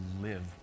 live